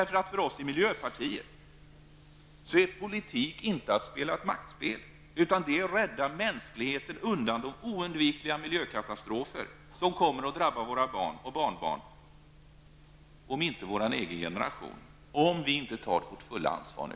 För oss i miljöpartiet är politik inte att spela ett maktspel, utan det är att rädda mänskligheten undan de oundvikliga miljökatastrofer som kommer att drabba våra barn och barnbarn, om inte vår generation, vi, tar vårt fulla ansvar nu.